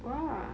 !wah!